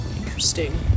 Interesting